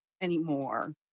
anymore